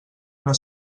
una